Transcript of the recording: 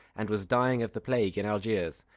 and was dying of the plague in algiers.